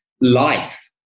life